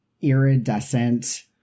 iridescent